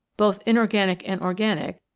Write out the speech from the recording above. both inorganic and organic,